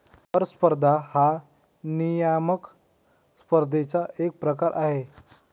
कर स्पर्धा हा नियामक स्पर्धेचा एक प्रकार आहे